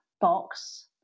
box